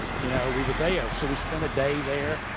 you know we were there. so we spent a day there.